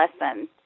lesson